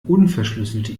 unverschlüsselte